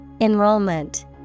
Enrollment